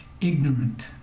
ignorant